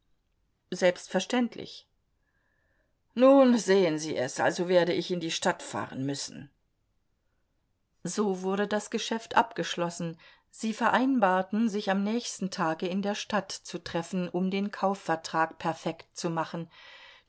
selbstverständlich nun sehen sie es also werde ich in die stadt fahren müssen so wurde das geschäft abgeschlossen sie vereinbarten sich am nächsten tage in der stadt zu treffen um den kaufvertrag perfekt zu machen